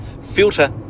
filter